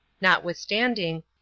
notwithstanding